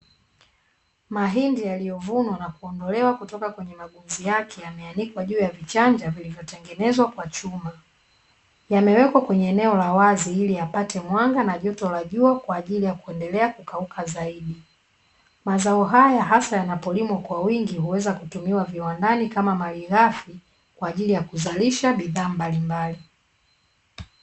Mahindi yaliyovunwa na kuondolewa kutoka kwenye magunzi yake, yameanikwa juu ya vichanja vilivyotengenezwa kwa chuma. Yamewekwa kwenye eneo la wazi iliyapate mwanga na joto la jua kwa ajili ya kuendelea kukauka zaidi. Mazao haya hasa yanapolimwa kwa wingi huweza kutumiwa viwandani kama malighafi, kwa ajili ya kuzalisha bidhaa mbalimbali.